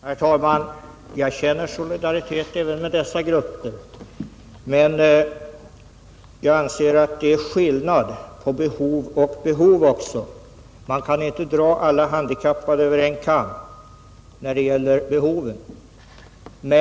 Herr talman! Jag känner solidaritet även med dessa andra grupper, men jag anser att det är skillnad på behov och behov. Man kan inte sätta likhetstecken mellan alla handikappgrupper när man skall bedöma deras behov.